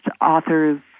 authors